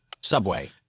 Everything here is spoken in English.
Subway